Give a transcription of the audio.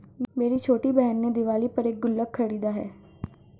मेरी छोटी बहन ने दिवाली पर एक गुल्लक खरीदा है